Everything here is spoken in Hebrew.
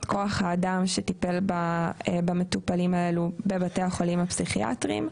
כוח האדם שטיפל במטופלים האלו בבתי החולים הפסיכיאטריים,